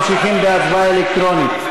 ממשיכים בהצבעה אלקטרונית.